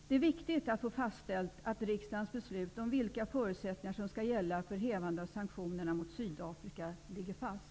Det är viktigt att få fastställt att riksdagens beslut om vilka förutsättningar som skall gälla för upphävande av sanktionerna mot Sydafrika ligger fast.